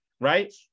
right